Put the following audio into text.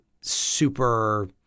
super